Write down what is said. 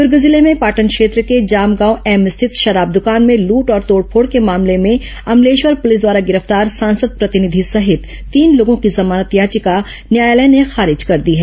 दुर्ग जिले में पाटन क्षेत्र के जामगांव एम स्थित शराब दुकान में लूट और तोड़फोड़ के मामले में अमलेश्वर पुलिस द्वारा गिरफ्तार सांसद प्रतिनिधि सहित तीन लोगों की जमानत याचिका न्यायालय ने खारिज कर दी है